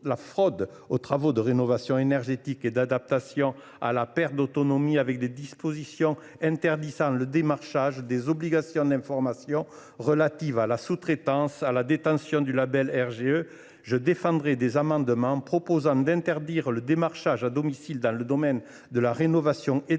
la fraude aux travaux de rénovation énergétique et d’adaptation à la perte d’autonomie avec des dispositions interdisant le démarchage, des obligations d’information relatives à la sous traitance et à la détention du label RGE. Je défendrai des amendements tendant à interdire le démarchage à domicile dans le domaine de la rénovation énergétique,